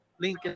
link